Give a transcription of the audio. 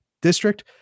District